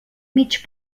mig